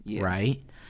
right